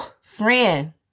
friend